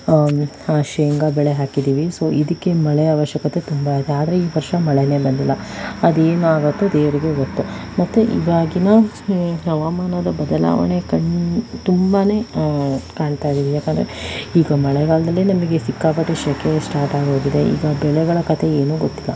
ಶೇಂಗಾ ಬೆಳೆ ಹಾಕಿದ್ದೀವಿ ಸೊ ಇದಕ್ಕೆ ಮಳೆ ಅವಶ್ಯಕತೆ ತುಂಬ ಇದೆ ಆದರೆ ಈ ವರ್ಷ ಮಳೆನೇ ಬಂದಿಲ್ಲ ಅದು ಏನಾಗುತ್ತೋ ದೇವರಿಗೆ ಗೊತ್ತು ಮತ್ತೆ ಇವಾಗಿನ ಹವಾಮಾನ ಬದಲಾವಣೆ ಕನ್ ತುಂಬನೇ ಕಾಣ್ತಾಯಿವೆ ಯಾಕೆಂದರೆ ಈಗ ಮಳೆಗಾಲದಲ್ಲಿ ನಮಗೆ ಸಿಕ್ಕಾಪಟ್ಟೆ ಸೆಖೆ ಸ್ಟಾರ್ಟ್ ಆಗೋಗಿದೆ ಈಗ ಬೆಳೆಗಳ ಕಥೆ ಏನೂ ಗೊತ್ತಿಲ್ಲ